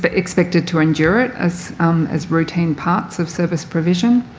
but expected to endure it, as as routine parts of service provision.